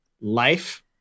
Life